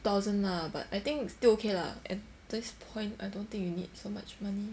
thousand lah but I think still okay lah at this point I don't think you need so much money